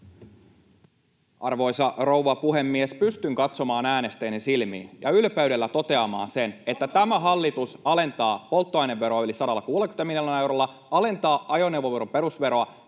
Arvoisa rouva puhemies! Pystyn katsomaan äänestäjiäni silmiin ja ylpeydellä toteamaan sen, [Antti Kurvisen välihuuto] että tämä hallitus alentaa polttoaineveroa yli 160 miljoonalla eurolla, alentaa ajoneuvoveron perusveroa